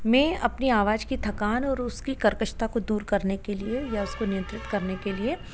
मैं अपने आवाज की थकान और उसकी कर्कशता को दूर करने के लिए या उसको नियंत्रित करने के लिए